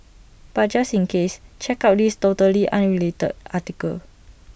but just in case check out this totally unrelated article